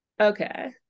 okay